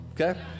okay